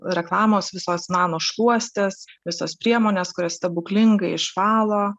reklamos visos nano šluostės visas priemonės kurios stebuklingai išvalo